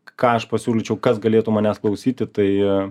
ką aš pasiūlyčiau kas galėtų manęs klausyti tai